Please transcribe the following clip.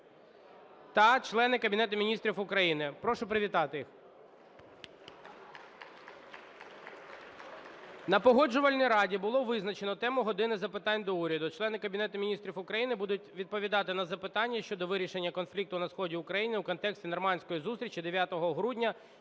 та члени Кабінету Міністрів України. Прошу привітати їх. (Оплески) На Погоджувальній раді було визначено тему "години запитань до Уряду". Члени Кабінету Міністрів України будуть відповідати на запитання щодо вирішення конфлікту на сході України у контексті "нормандської зустрічі" 9 грудня